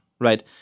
right